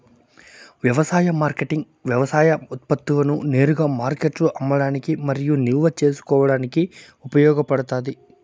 వ్యవసాయ మార్కెటింగ్ వ్యవసాయ ఉత్పత్తులను నేరుగా మార్కెట్లో అమ్మడానికి మరియు నిల్వ చేసుకోవడానికి ఉపయోగపడుతాది